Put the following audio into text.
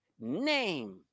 name